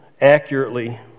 accurately